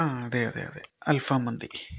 ആ അതെയതെ അതേ അൽഫാം മന്തി